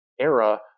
era